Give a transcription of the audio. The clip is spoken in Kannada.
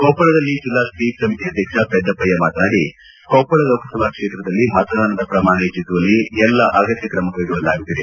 ಕೊಪ್ಪಳದಲ್ಲಿ ಜಿಲ್ಲಾ ಸ್ವೀಪ್ ಸಮಿತಿ ಅಧ್ಯಕ್ಷ ಪೆದ್ದಪ್ಪಯ್ಯ ಮಾತನಾಡಿ ಕೊಪ್ಪಳ ಲೋಕಸಭಾ ಕ್ಷೇತ್ರದಲ್ಲಿ ಮತದಾನದ ಪ್ರಮಾಣ ಹೆಚ್ಚಿಸುವಲ್ಲಿ ಎಲ್ಲಾ ಅಗತ್ಯ ಕ್ರಮ ಕೈಗೊಳ್ಳಲಾಗುತ್ತಿದೆ